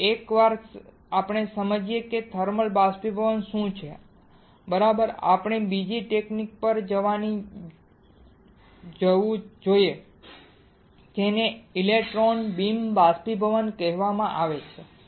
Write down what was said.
હવે એકવાર આપણે સમજીએ કે થર્મલ બાષ્પીભવન શું છે બરાબર આપણે બીજી તકનીક પર જવું જોઈએ જેને ઇલેક્ટ્રોન બીમ બાષ્પીભવન કહેવામાં આવે છે